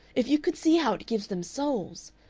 if you could see how it gives them souls,